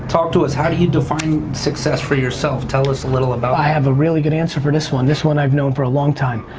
talk to us, how do you define success for yourself, tell us a little about that. i have a really good answer for this one. this one i've known for a long time.